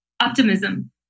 Optimism